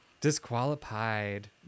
Disqualified